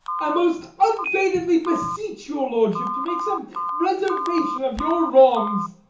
i most unfeignedly beseech your lordship to make some reservation of your wrongs.